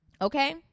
Okay